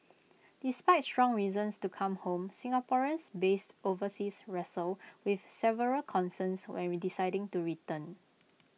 despite strong reasons to come home Singaporeans based overseas wrestle with several concerns when we deciding to return